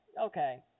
Okay